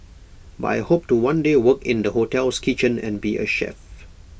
but I hope to one day work in the hotel's kitchen and be A chef